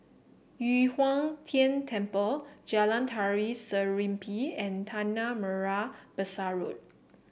Yu Huang Tian Temple Jalan Tari Serimpi and Tanah Merah Besar Road